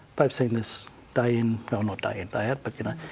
they've seen this day in. well, not day in, day out but, you know,